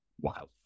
Wow